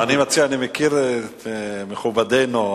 אני מכיר את מכובדנו,